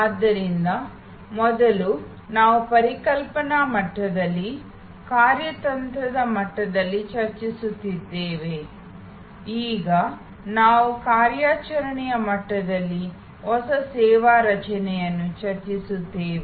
ಆದ್ದರಿಂದ ಮೊದಲು ನಾವು ಪರಿಕಲ್ಪನಾ ಮಟ್ಟದಲ್ಲಿ ಕಾರ್ಯತಂತ್ರದ ಮಟ್ಟದಲ್ಲಿ ಚರ್ಚಿಸುತ್ತಿದ್ದೇವೆ ಈಗ ನಾವು ಕಾರ್ಯಾಚರಣೆಯ ಮಟ್ಟದಲ್ಲಿ ಹೊಸ ಸೇವಾ ರಚನೆಯನ್ನು ಚರ್ಚಿಸುತ್ತೇವೆ